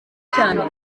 cyane